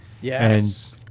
yes